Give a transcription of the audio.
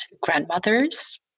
Grandmothers